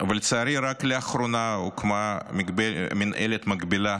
אבל לצערי רק לאחרונה הוקמה מינהלת מקבילה